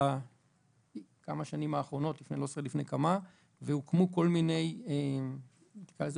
בכמה השנים האחרונות והוקמו כל מיני אורגנים,